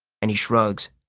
and he shrugs.